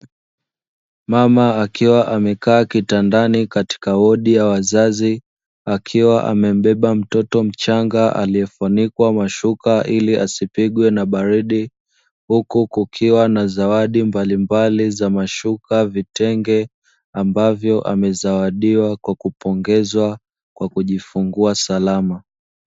Mama akiwa amekaa kitandani katika wodi ya wazazi, akiwa amembeba mtoto mchanga aliyefunikwa mashuka ili asipigwe na baridi, huku kukiwa na zawadi mbalimbali za mashuka, vitenge, ambavyo amezawadiwa kwa kupongezwa kwa kujifungua salama.